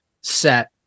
set